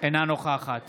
אינה נוכחת